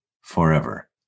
forever